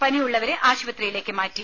പനിയുള്ളവരെ ആശുപത്രിയിലേക്ക് മാറ്റി